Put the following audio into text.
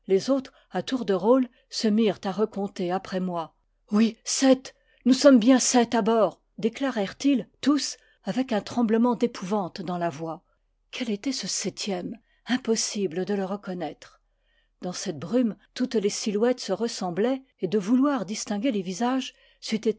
à tour de rôle se mirent à recompter après moi oui sept nous sommes bien sept à bord déclarèrentils tous avec un tremblement d'épouvante dans la voix quel était ce septième impossible de le reconnaître dans cette brume toutes les silhouettes se ressemblaient et de vouloir distinguer les visages